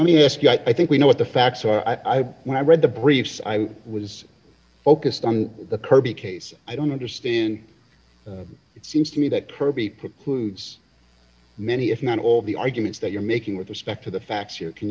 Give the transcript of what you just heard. let me ask you i think we know what the facts are i when i read the briefs i was focused on the kirby case i don't understand it seems to me that kirby put many if not all the arguments that you're making with respect to the facts